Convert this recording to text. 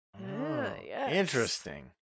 Interesting